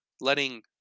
letting